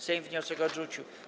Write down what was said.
Sejm wniosek odrzucił.